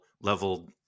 level